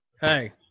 Hey